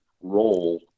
role